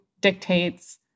dictates